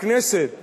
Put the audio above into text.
הכנסת